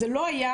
זה לא היה.